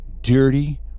dirty